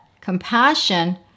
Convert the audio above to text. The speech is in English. compassion